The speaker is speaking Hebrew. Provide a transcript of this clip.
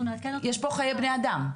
יש פה חיי בני אדם.